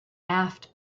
aft